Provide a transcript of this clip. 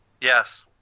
Yes